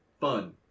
fun